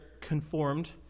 conformed